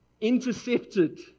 Intercepted